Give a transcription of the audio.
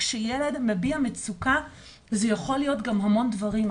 שכשילד מביע מצוקה זה יכול להיות גם המון דברים.